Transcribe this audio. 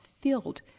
filled